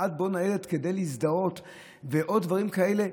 עד בוא ניידת כדי להזדהות ועוד דברים כאלה,